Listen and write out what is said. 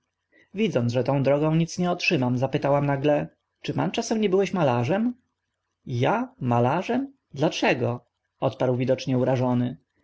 widząc że tą drogą nic nie otrzymam zapytałam nagle czy pan czasem nie byłeś malarzem ja malarzem dlaczego odparł widocznie urażony